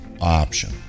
option